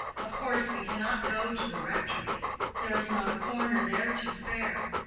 of course we cannot go to the rectory there is not a corner there to spare.